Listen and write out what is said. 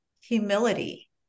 humility